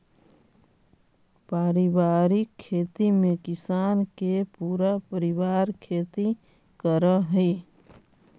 पारिवारिक खेती में किसान के पूरा परिवार खेती करऽ हइ